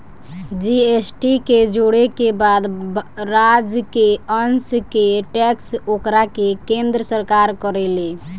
GST के जोड़े के बाद राज्य के अंस के टैक्स ओकरा के केन्द्र सरकार करेले